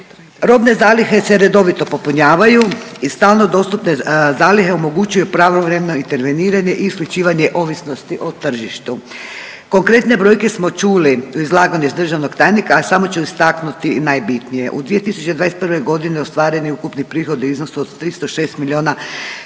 Robne zalihe se redovito popunjavaju i stalno dostupne zalihe omogućavaju pravovremeno interveniranje i isključivanje ovisnosti o tržištu. Konkretne brojke smo čuli iz izlaganja državnog tajnika, a samo ću istaknuti najbitnije. U 2021.g. ostvareni ukupni prihodi u iznosu od 306 milijuna 737